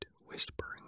whispering